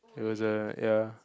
it was a ya